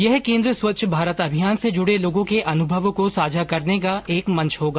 यह केन्द्र स्वच्छ भारत अभियान से जुड़े लोगों के अनुभवों को साझा करने का एक मंच होगा